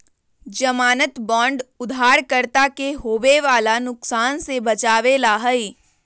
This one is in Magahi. ज़मानत बांड उधारकर्ता के होवे वाला नुकसान से बचावे ला हई